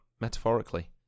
metaphorically